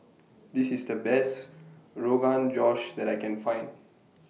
This IS The Best Rogan Josh that I Can Find